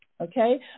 okay